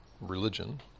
religion